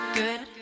good